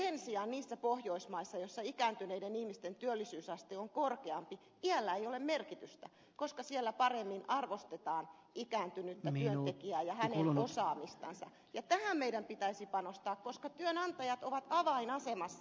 mutta sen sijaan niissä pohjoismaissa joissa ikääntyneiden ihmisten työllisyysaste on korkeampi iällä ei ole merkitystä koska siellä paremmin arvostetaan ikääntynyttä työntekijää ja hänen osaamistansa ja tähän meidän pitäisi panostaa koska työnantajat ovat avainasemassa